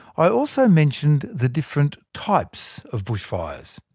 i also mentioned the different types of bushfires.